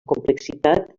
complexitat